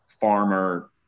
farmer